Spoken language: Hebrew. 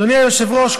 אדוני היושב-ראש,